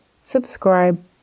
subscribe